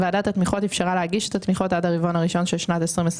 ועדת התמיכות אפשרה להגיש את התמיכות עד הרבעון הראשון של שנת 2022